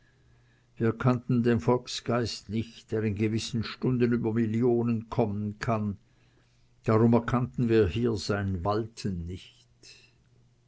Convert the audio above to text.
wir kannten den volksgeist nicht der in gewissen stunden über millionen kommen kann darum erkannten wir hier sein walten nicht